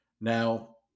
now